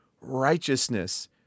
righteousness